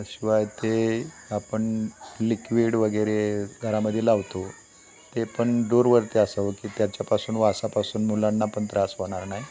शिवाय ते आपण लिक्विड वगैरे घरामध्ये लावतो ते पण डोरवरती असावं की त्याच्यापासून वासापासून मुलांना पण त्रास होणार नाही